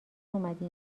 اومدی